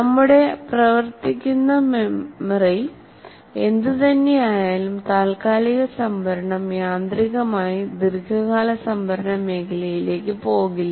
നമ്മുടെ പ്രവർത്തിക്കുന്ന മെമ്മറി എന്തുതന്നെയായാലും താൽക്കാലിക സംഭരണം യാന്ത്രികമായി ദീർഘകാല സംഭരണ മേഖലയിലേക്ക് പോകില്ല